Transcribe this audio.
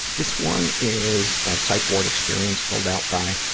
this one is a psych ward experience filled out by, ah,